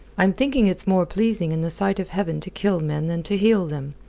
i'm thinking it's more pleasing in the sight of heaven to kill men than to heal them.